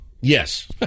Yes